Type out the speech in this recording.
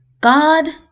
God